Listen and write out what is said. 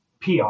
PR